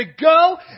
go